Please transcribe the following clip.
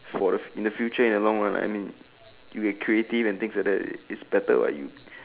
for the in the future in the long run I mean you get creative and things like that is better what you